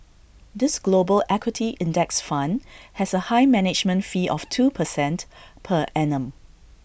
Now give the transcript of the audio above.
this global equity index fund has A high management fee of two percent per annum